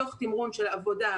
תוך תמרון של עבודה,